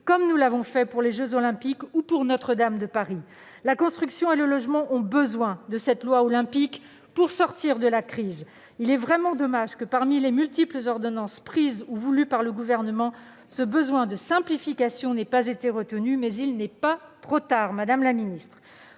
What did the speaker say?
comme nous l'avons fait pour les jeux Olympiques ou Notre-Dame de Paris. La construction et le logement ont besoin de cette « loi olympique » pour sortir de la crise. Il est vraiment dommage que parmi les multiples ordonnances prises ou voulues par le Gouvernement, ce besoin de simplification n'ait pas été retenu. Mais il n'est pas trop tard, madame la ministre